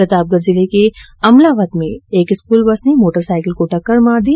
प्रतापगढ जिले के अमलावद में एक स्कूल बस ने मोटरसाईकिल को टक्कर मार दी